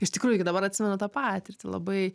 iš tikrųjų iki dabar atsimenu tą patirtį labai